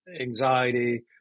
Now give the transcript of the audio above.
anxiety